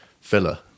filler